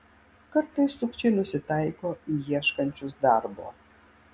kartais sukčiai nusitaiko į ieškančius darbo